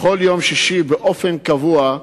בכל יום שישי, באופן קבוע,